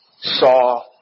saw